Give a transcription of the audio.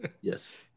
Yes